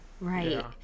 right